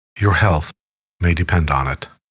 your health may depend on it